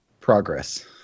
progress